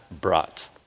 brought